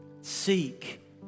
Seek